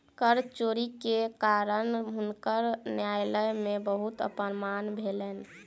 कर चोरी के कारण हुनकर न्यायालय में बहुत अपमान भेलैन